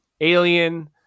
alien